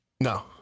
No